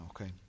okay